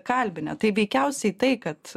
kalbinę tai veikiausiai tai kad